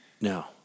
No